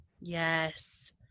Yes